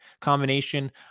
combination